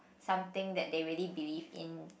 something that they really believe in